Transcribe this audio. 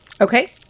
Okay